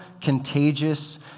contagious